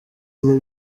urwo